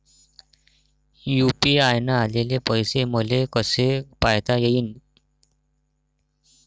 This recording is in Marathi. यू.पी.आय न आलेले पैसे मले कसे पायता येईन?